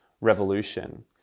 revolution